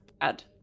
Add